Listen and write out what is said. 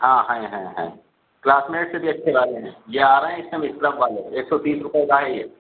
ہاں ہیں ہیں ہیں کلاس میٹ سے بھی اچھے والے ہیں گیارہ ہیں اس سمے اسکرب والے ایک سو تیس روپے کا ہے یہ